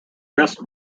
risk